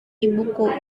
ibuku